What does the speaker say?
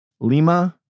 Lima